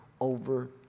over